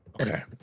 Okay